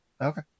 Okay